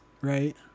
Right